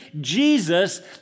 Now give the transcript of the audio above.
Jesus